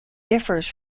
differs